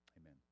amen